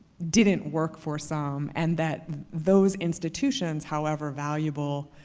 didn't work for some and that those institutions, however valuable,